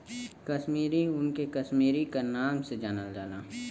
कसमीरी ऊन के कसमीरी क नाम से जानल जाला